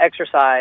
exercise